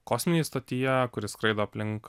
kosminėj stotyje kuri skraido aplink